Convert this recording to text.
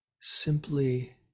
simply